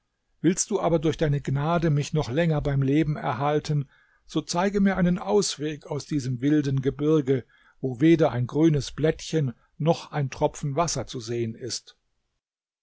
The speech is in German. willst du aber durch deine gnade mich noch länger beim leben erhalten so zeige mir einen ausweg aus diesem wilden gebirge wo weder ein grünes blättchen noch ein tropfen wasser zu sehen ist